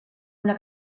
una